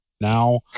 now